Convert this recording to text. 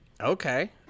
Okay